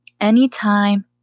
Anytime